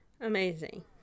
amazing